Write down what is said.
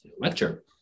lecture